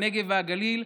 הנגב והגליל,